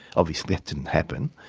obviously that didn't happen.